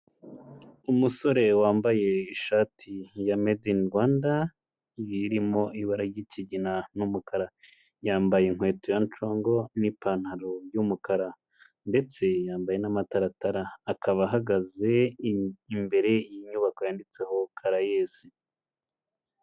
Umusore wambaye ishati ya made in Rwanda irimo ibara ry'ikigina n'umukara, yambaye inkweto ya ncongo n'ipantaro y'umukara ndetse yambaye n'amataratara, akaba ahagaze imbere y'inyubako yanditseho Caraes.